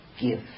give